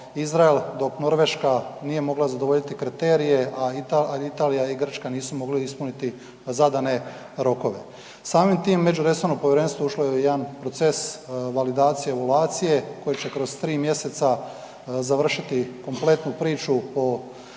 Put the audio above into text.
dok Norveška nije mogla zadovoljiti kriterije a Italija i Grčka nisu mogle ispuniti zadane rokove. Samim tim, međuresorno povjerenstvo ušlo je u jedan proces validacije i evaluacije koji će kroz 3 mj. završiti kompletnu priču o principu